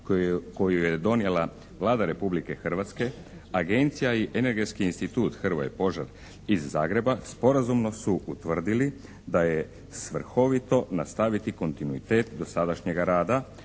koju je donijela Vlada Republike Hrvatske agencija i Energetski institut "Hrvoje Požar" iz Zagreba sporazumno su utvrdili da je svrhovito nastaviti kontinuitet dosadašnjega rada